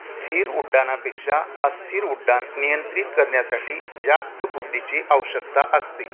स्थिर उड्डाणापेक्षा अस्थिर उड्डाण नियंत्रित करण्यासाठी जास्त बुद्धीची आवश्यकता असते